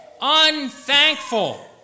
unthankful